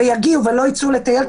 יגיעו לטיפול ולא יצאו לטייל,